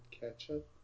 ketchup